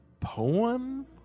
poem